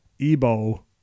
Ebo